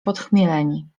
podchmieleni